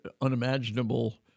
unimaginable